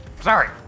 Sorry